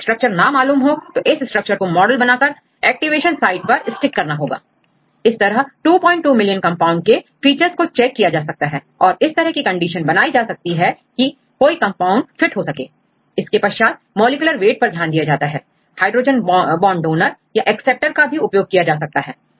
यदि स्ट्रक्चर ना मालूम हो तो इस स्ट्रक्चर को मॉडल बनाकर एक्टिवेशन साइट पर स्टिक करना होगा इस तरह 22 मिलियन कंपाउंड्स के फीचर्स को चेक किया जा सकता है और इस तरह की कंडीशन बनाई जाती है कि कि कोई कंपाउंड फिट हो सके इसके पश्चात मॉलिक्यूलर वेट पर ध्यान दिया जाता है हाइड्रोजन बांड डोनर या acceptor का भी उपयोग किया जा सकता है